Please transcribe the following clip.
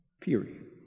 Period